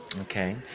Okay